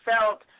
felt